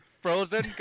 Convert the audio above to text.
frozen